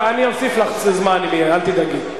אני אוסיף לך זמן, אל תדאגי.